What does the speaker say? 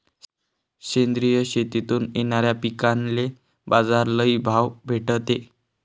सेंद्रिय शेतीतून येनाऱ्या पिकांले बाजार लई भाव भेटते